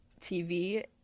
TV